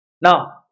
Now